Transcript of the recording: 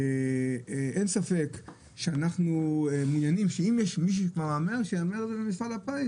אין ספק שאנחנו מעוניינים שאם יש מישהו שכבר מהמר שיהמר במפעל הפיס.